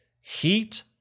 heat